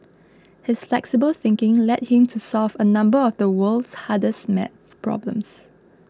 his flexible thinking led him to solve a number of the world's hardest math problems